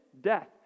Death